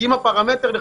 כי אם כך יהיה,